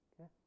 Okay